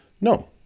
No